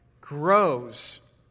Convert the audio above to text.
grows